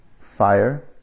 fire